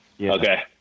Okay